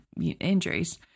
injuries